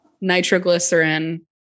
nitroglycerin